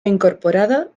incorporada